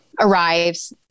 arrives